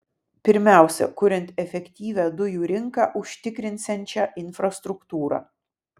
pirmiausia kuriant efektyvią dujų rinką užtikrinsiančią infrastruktūrą